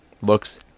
looks